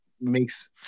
makes